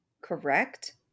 correct